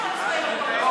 תוציאו אותו החוצה בבקשה.